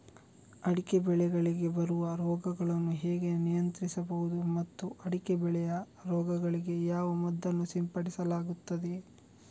ಅಡಿಕೆ ಬೆಳೆಗಳಿಗೆ ಬರುವ ರೋಗಗಳನ್ನು ಹೇಗೆ ನಿಯಂತ್ರಿಸಬಹುದು ಮತ್ತು ಅಡಿಕೆ ಬೆಳೆಯ ರೋಗಗಳಿಗೆ ಯಾವ ಮದ್ದನ್ನು ಸಿಂಪಡಿಸಲಾಗುತ್ತದೆ?